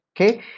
okay